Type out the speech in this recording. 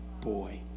boy